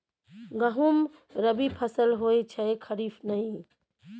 गहुम रबी फसल होए छै खरीफ नहि